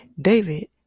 David